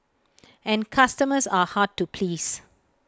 and customers are hard to please